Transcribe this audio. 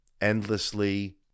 endlessly